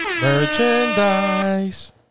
Merchandise